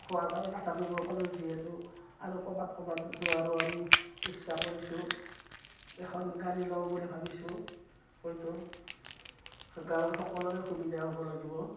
খোৱাৰ কাৰণে কৰিব পালোঁ যিহেতু আৰু ক'ৰবাত ক'ৰবাত যোৱাৰৰো আমি ইচ্ছা কৰিছোঁ এখন গাড়ী লওঁ বুলি ভাবিছোঁ হয়তো গাঁৱৰ সকলোৰে সুবিধা হ'ব লাগিব